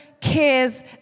cares